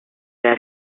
then